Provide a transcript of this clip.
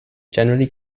generally